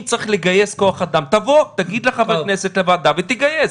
אם צריך לגייס כוח אדם אז תגיד לוועדה ותגייס.